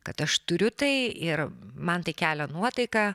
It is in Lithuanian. kad aš turiu tai ir man tai kelia nuotaiką